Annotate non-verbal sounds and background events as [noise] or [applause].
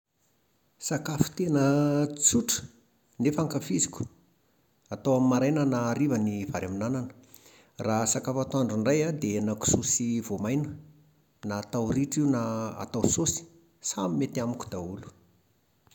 Sakafo tena [hesitation] tsotra nefa ankafiziko, atao amin'ny maraina na amin'ny hariva, ny vary amin'anana. Raha sakafo antoandro indray an, dia hena kisoa sy voamaina, na atao ritra io na [hesitation] atao saosy, samy mety amiko daholo.